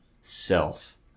self